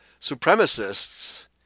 supremacists